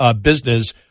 business